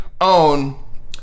own